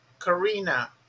karina